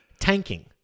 tanking